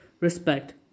Respect